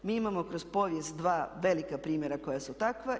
Mi imamo kroz povijest dva velika primjera koja su takva.